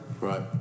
Right